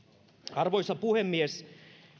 arvoisa puhemies